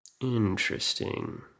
Interesting